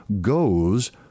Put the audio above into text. goes